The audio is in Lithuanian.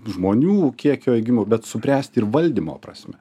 žmonių kiekio augimu bet subręst ir valdymo prasme